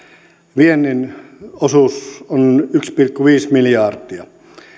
viennin osuus yksi pilkku viisi miljardia